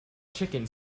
chicken